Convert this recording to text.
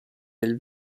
del